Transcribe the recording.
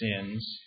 sins